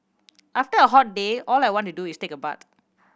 after a hot day all I want to do is take a bath